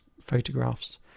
photographs